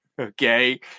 Okay